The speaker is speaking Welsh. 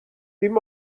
dim